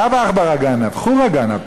לאו עכברא גנב אלא חורא גנב.